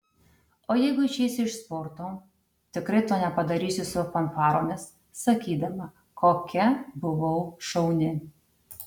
o jeigu išeisiu iš sporto tikrai to nepadarysiu su fanfaromis sakydama kokia buvau šauni